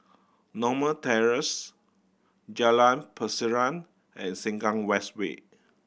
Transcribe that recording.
Norma Terrace Jalan Pasiran and Sengkang West Way